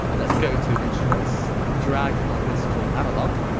let's go to instruments and drag on this called analogue